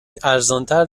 ارزانتر